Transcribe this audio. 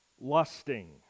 lusting